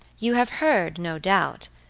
you have heard, no doubt,